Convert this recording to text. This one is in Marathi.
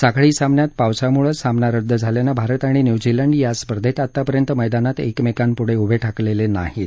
साखळी सामन्यात पावसामुळे सामना रद्द झाल्यानं भारत आणि न्यूझीलंड या स्पर्धेत आतापर्यंत मैदानात एकमेकांपुढे उभे ठाकलेले नाहीत